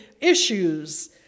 issues